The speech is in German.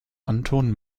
anton